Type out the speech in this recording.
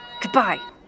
Goodbye